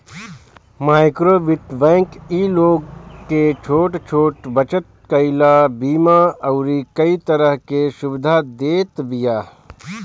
माइक्रोवित्त बैंक इ लोग के छोट छोट बचत कईला, बीमा अउरी कई तरह के सुविधा देत बिया